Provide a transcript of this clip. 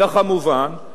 כך מובן,